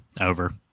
over